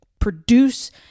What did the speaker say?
produce